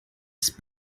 ist